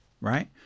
right